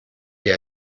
dir